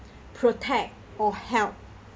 protect or help